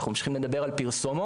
אנחנו ממשיכים לדבר על פרסומות,